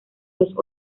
los